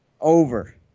Over